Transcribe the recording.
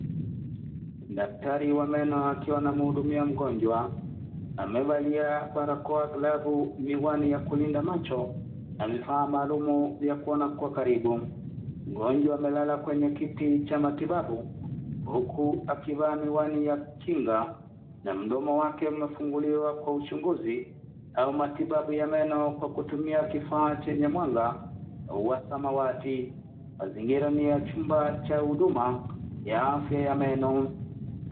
Daktari wa meno akiwa anamhudumia mgonjwa, amevalia barakoa, glavu, miwani ya kulinda macho na vifaa maalum vya kuona kwa karibu, mgonjwa amelala kwenye kiti cha matibabu huku akivaa miwani ya kinga na mdomo wake umefungulia kufanyiwa uchunguzi au matibabu ya meno kwa kutumia kifaa chenye mwanga wa samawati, mazingira ni ya chumba cha huduma ya afya ya meno.